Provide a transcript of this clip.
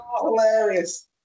hilarious